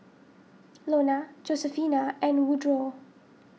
Lona Josefina and Woodroe